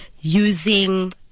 using